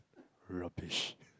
rubbish